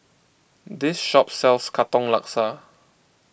this shop sells Katong Laksa